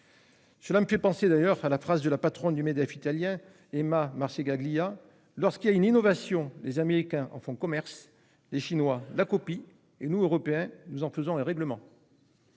me fait penser à la phrase de la dirigeante de la- le patronat italien -Emma Marcegaglia :« Lorsqu'il y a une innovation, les Américains en font commerce, les Chinois la copient, et nous, Européens, nous en faisons un règlement. »